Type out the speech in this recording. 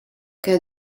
cas